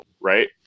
right